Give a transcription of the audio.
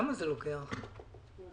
קודם כול,